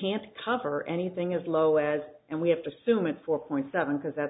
can't cover anything as low as and we have to assume at four point seven because that's